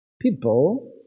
people